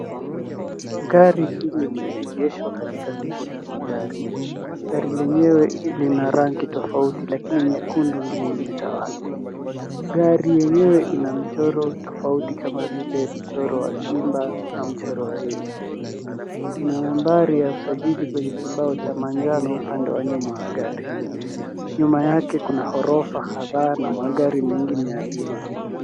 Gari hili limeegeshwa katika kituo cha magari. Gari lenyewe lina rangi tofauti lakini nyekundu ndio imetawala. Gari yenyewe ina michoro tofauti kama vile mchoro wa simba na mchoro wa yesu. Kuna nambari ya usajili kwenye kibao cha manjano upande wa nyuma wa gari . Nyuma yake kuna ghorofa kadhaa na magari mengine ya abiria.